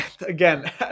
again